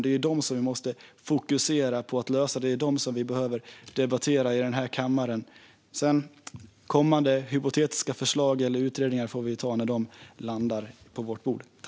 Det är de problemen vi måste fokusera på att lösa, och det är de problemen vi behöver debattera i kammaren. Kommande hypotetiska förslag eller utredningar får vi ta när de landar på bordet.